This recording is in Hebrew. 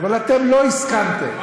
אבל אתם לא הסכמתם,